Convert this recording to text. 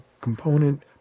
component